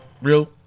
real